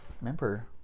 Remember